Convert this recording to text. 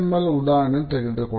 ಉದಾಹರಣೆಯನ್ನು ತೆಗೆದುಕೊಳ್ಳುವೆ